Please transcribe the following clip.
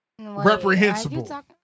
reprehensible